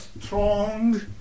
strong